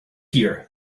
here